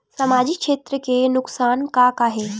सामाजिक क्षेत्र के नुकसान का का हे?